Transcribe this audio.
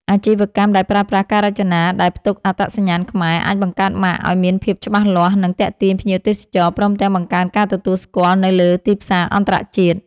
អាជីវកម្មដែលប្រើប្រាស់ការរចនាដែលផ្ទុកអត្តសញ្ញាណខ្មែរអាចបង្កើតម៉ាកឲ្យមានភាពច្បាស់លាស់ និងទាក់ទាញភ្ញៀវទេសចរ ព្រមទាំងបង្កើនការទទួលស្គាល់នៅលើទីផ្សារអន្តរជាតិ។